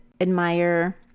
admire